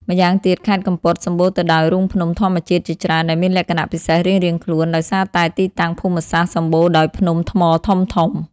ម្យ៉ាងទៀត ខេត្តកំពតសម្បូរទៅដោយរូងភ្នំធម្មជាតិជាច្រើនដែលមានលក្ខណៈពិសេសរៀងៗខ្លួន ដោយសារតែទីតាំងភូមិសាស្ត្រសម្បូរដោយភ្នំថ្មធំៗ។